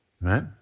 right